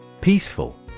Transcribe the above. Peaceful